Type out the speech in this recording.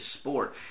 sport